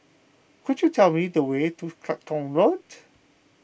could you tell me the way to Clacton Road